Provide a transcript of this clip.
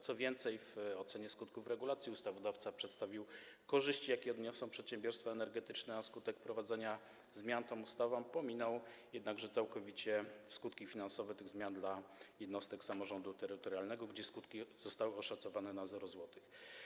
Co więcej, w ocenie skutków regulacji ustawodawca przedstawił korzyści, jakie odniosą przedsiębiorstwa energetyczne na skutek wprowadzonych tą ustawą zmian, pominął jednakże całkowicie skutki finansowe tych zmian dla jednostek samorządu terytorialnego; skutki zostały oszacowane na 0 zł.